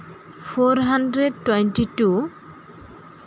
four hundred twenty two